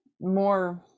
more